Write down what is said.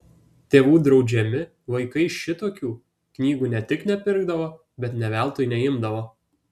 tėvų draudžiami vaikai šitokių knygų ne tik nepirkdavo bet nė veltui neimdavo